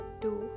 Two